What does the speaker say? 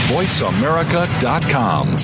VoiceAmerica.com